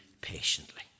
patiently